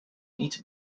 niet